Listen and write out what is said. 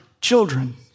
children